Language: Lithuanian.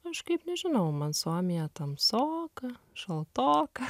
kažkaip nežinau man suomija tamsoka šaltoka